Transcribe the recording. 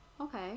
Okay